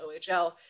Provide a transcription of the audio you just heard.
OHL